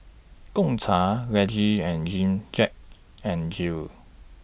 Gongcha Laneige and Gen Jack N Jill